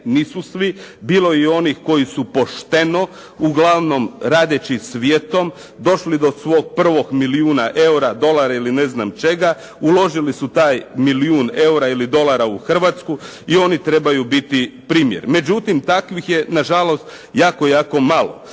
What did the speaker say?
nisu svi, bilo je onih koji su pošteno, uglavnom radeći svijetom došli do svog prvog milijuna dolara, eura ili ne znam čega, uložili su taj milijun eura ili dolara u Hrvatsku, i oni trebaju biti primjer. Međutim, takvih je na žalost jako malo.